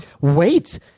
Wait